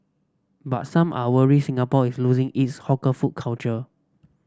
but some are worried Singapore is losing its hawker food culture